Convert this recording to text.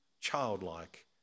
childlike